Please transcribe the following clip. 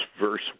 verse